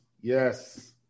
Yes